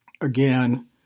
Again